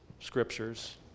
scriptures